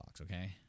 Okay